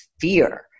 fear